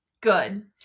Good